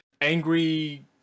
angry